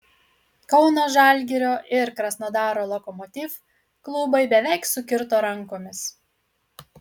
kauno žalgirio ir krasnodaro lokomotiv klubai beveik sukirto rankomis